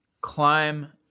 climb